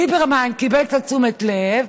ליברמן קיבל קצת תשומת לב,